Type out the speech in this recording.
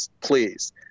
please